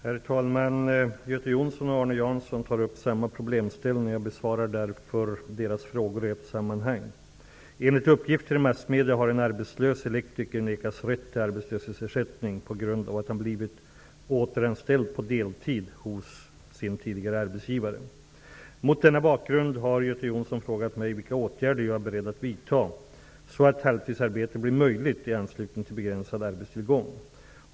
Herr talman! Göte Jonsson och Arne Jansson tar upp samma problemställning, och jag besvarar därför deras frågor i ett sammanhang. Enligt uppgifter i massmedier har en arbetslös elektriker nekats rätt till arbetslöshetsersättning på grund av att han blivit återanställd på deltid hos sin tidigare arbetsgivare. Mot denna bakgrund har Göte Jonsson frågat mig vilka åtgärder jag är beredd att vidta så att halvtidsarbete blir möjligt i anslutning till begränsad arbetstillgång.